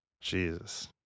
Jesus